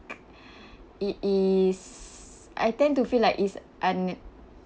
it is I tend to feel like it's